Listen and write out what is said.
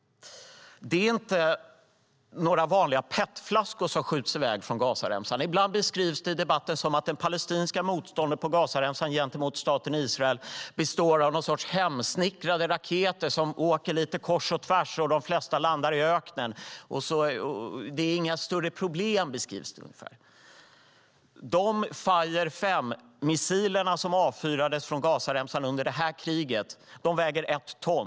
Det är inte några vanliga petflaskor som skjuts i väg från Gazaremsan. Ibland låter det i debatten som att det palestinska motståndet mot staten Israel på Gazaremsan består av någon sorts hemsnickrade raketer som åker lite kors och tvärs varav de flesta landar i öknen. Det beskrivs ungefär som att det inte är något större problem. De Fire-5-missiler som avfyrades från Gazaremsan under det senaste kriget väger ett ton.